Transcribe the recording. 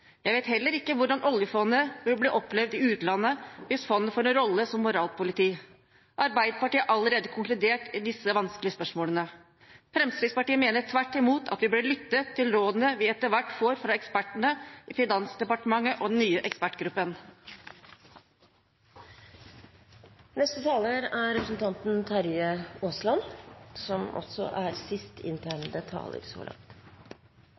Jeg vet heller ikke hvordan oljefondet vil bli opplevd i utlandet hvis fondet får en rolle som moralpoliti. Arbeiderpartiet har allerede konkludert i disse vanskelige spørsmålene. Fremskrittspartiet mener tvert imot at vi bør lytte til rådene vi etter hvert får fra ekspertene i Finansdepartementet og fra den nye